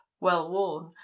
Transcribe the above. well-worn